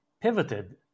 pivoted